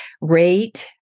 rate